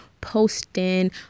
posting